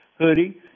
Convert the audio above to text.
hoodie